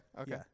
okay